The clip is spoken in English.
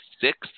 six